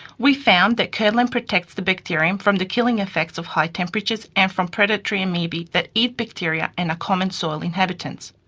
we found that curdlan protects the bacterium from the killing effects of high temperatures and from predatory amoebae that eat bacteria and are common soil inhabitants.